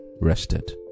rested